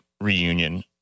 reunion